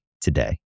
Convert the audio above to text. today